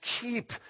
keep